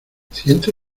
ciento